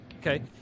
Okay